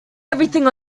everything